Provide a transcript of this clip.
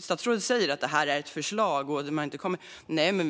Statsrådet säger att detta är ett förslag som ännu inte lagts fram.